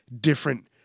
different